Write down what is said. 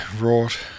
wrought